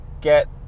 Get